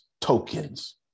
tokens